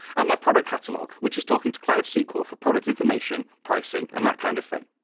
and my product catalog, which is talking to cloud sql for product information, pricing, and that kind of thing.